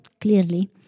clearly